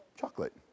chocolate